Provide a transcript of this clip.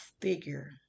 figure